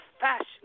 fashion